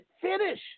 finish